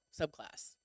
subclass